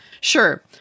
Sure